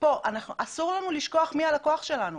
אסור לנו לשכוח מי הלקוח שלנו.